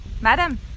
madam